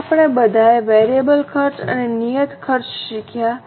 હવે આપણે બધાએ વેરિયેબલ ખર્ચ અને નિયત ખર્ચ શીખ્યા